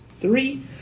three